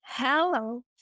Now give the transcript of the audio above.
Hello